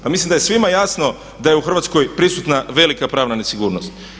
Pa mislim da je svima jasno da je u Hrvatskoj prisutna velika pravna nesigurnost.